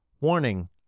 Warning